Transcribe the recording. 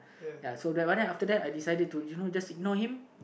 ya so but then right after that I decided to you know just ignore him